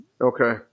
Okay